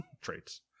traits